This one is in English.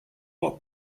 what